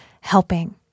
helping